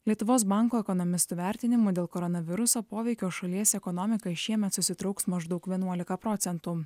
lietuvos banko ekonomistų vertinimu dėl koronaviruso poveikio šalies ekonomika šiemet susitrauks maždaug vienuolika procentų